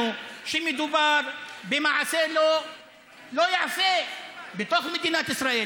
שמדובר במעשה שלא ייעשה בתוך מדינת ישראל.